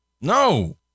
No